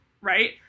right